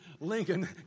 Lincoln